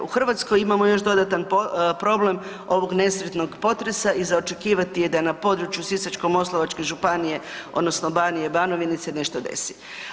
U Hrvatskoj imamo još dodatan problem ovog nesretnog potresa i za očekivati je da na području Sisačko-moslavačke županije odnosno Banije i Banovine se nešto desi.